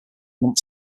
month